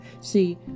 See